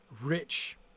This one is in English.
rich